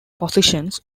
positions